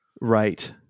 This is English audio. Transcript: Right